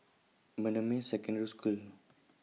Bendemeer Secondary School